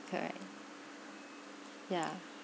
correct ya